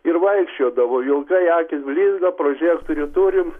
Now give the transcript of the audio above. ir vaikščiodavo vilkai akys blizga prožektorių turim